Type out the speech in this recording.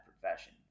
profession